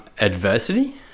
adversity